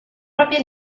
propria